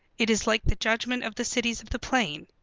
it is like the judgment of the cities of the plain.